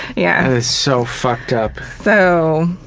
yeah and is so fucked up. so,